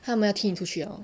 他们要踢你出去 liao